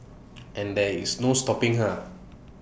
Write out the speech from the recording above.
and there is no stopping her